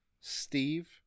steve